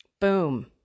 Boom